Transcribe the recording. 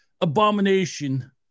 abomination